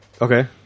Okay